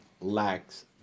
lacks